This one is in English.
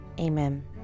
Amen